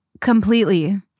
Completely